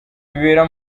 bibera